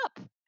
up